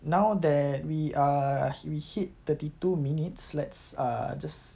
now that we uh we hit thirty two minutes let's err just